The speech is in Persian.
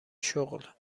شغل